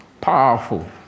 Powerful